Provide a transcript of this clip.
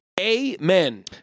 Amen